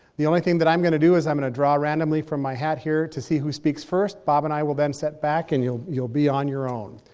the only thing that i'm gonna do is i'm going to draw randomly from my hat here to see who speaks first. bob and i will then sit back and you'll, you'll be on your own.